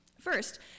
First